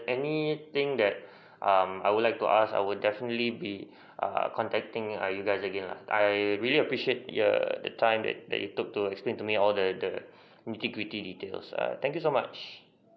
anything that um I would like to ask I would definitely be err contacting you guys again lah I really appreciate your the time that you you took to explain to me all the the integrity details err thank you so much